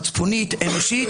מצפונית ואנושית